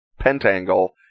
pentangle